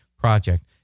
project